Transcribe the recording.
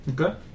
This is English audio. Okay